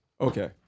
Okay